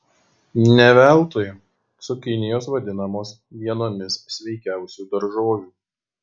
ne veltui cukinijos vadinamos vienomis sveikiausių daržovių